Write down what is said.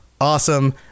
awesome